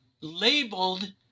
labeled